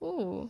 oh